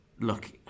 look